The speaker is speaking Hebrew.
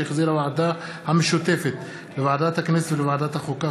שהחזירה הוועדה המשותפת לוועדת הכנסת ולוועדת החוקה,